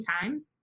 time